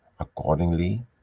accordingly